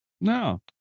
No